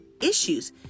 issues